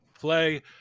play